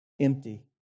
empty